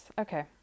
Okay